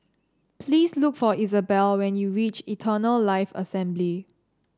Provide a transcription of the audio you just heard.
please look for Isabelle when you reach Eternal Life Assembly